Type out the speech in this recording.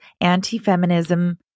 anti-feminism